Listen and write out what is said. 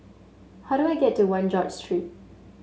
how do I get to One George Street